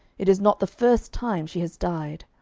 it is not the first time she has died.